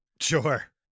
Sure